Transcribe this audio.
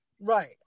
Right